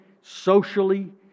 socially